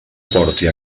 aporte